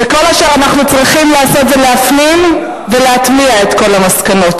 וכל אשר אנחנו צריכים לעשות זה להפנים ולהטמיע את כל המסקנות.